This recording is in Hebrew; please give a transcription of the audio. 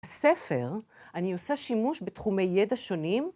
בספר אני עושה שימוש בתחומי ידע שונים.